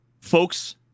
folks